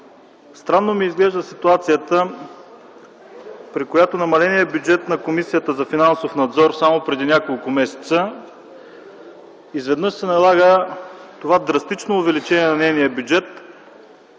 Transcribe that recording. Странно ми изглежда ситуацията, при която намаленият бюджет на Комисията по финансов надзор само преди няколко месеца, изведнъж се налага това драстично увеличение на нейния бюджет